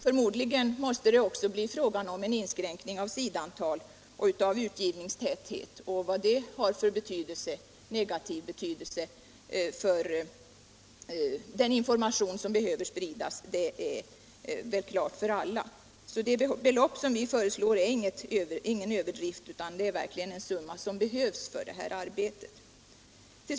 Förmodligen måste det också bli fråga om en inskränkning av sidantalet och av utgivningstätheten, och vad det har för negativ betydelse för den information som behöver spridas står väl klart för alla. Det belopp vi föreslår är inte någon överdrift, utan det är verkligen en summa som behövs för det här arbetet.